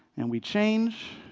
and we change.